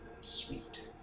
Sweet